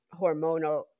hormonal